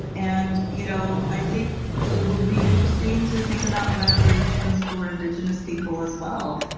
and you know i think it would be interesting to think about reparations for indigenous people as well.